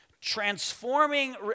Transforming